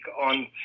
on